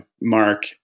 mark